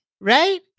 right